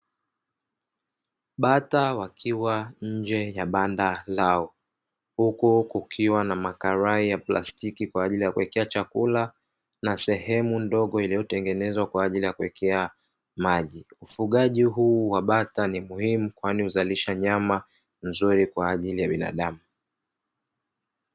Bata wakiwa nje ya banda lao huko kukiwa na makarai ya plastiki kwa ajili ya kuwekea chakula na sehemu ndogo iliyotengenezwa kwa ajili ya kuwekea maji. Ufugaji huu wa bata ni muhimu kwani huzalisha nyama nzuri kwa ajili ya binadamu.